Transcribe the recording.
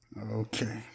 Okay